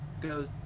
goes